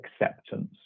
acceptance